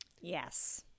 yes